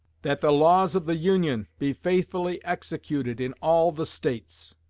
that the laws of the union be faithfully executed in all the states.